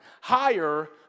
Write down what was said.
higher